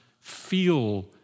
feel